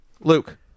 Luke